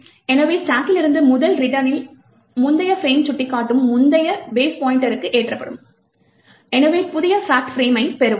எனவே ஸ்டாக்கிலிருந்து முதல் ரிட்டர்னில் முந்தைய ஃபிரேம் சுட்டிக்காட்டும் முந்தைய பேஸ் பாய்ண்ட்டர்க்கு ஏற்றப்படும் எனவே புதிய fact ஃபிரேமைப் பெறுவோம்